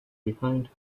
behind